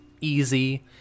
easy